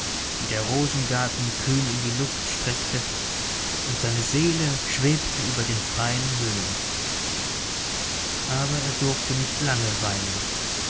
die der rosengarten kühn in die luft streckte und seine seele schwebte über den freien höhen aber er durfte nicht lange weilen